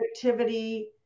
Productivity